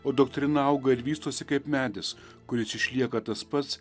o doktrina auga ir vystosi kaip medis kuris išlieka tas pats